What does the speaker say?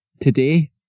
today